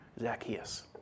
Zacchaeus